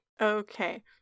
Okay